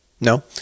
no